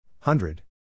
Hundred